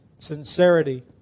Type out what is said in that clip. sincerity